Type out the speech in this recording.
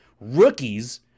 rookies